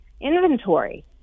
inventory